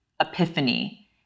epiphany